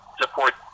support